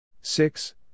Six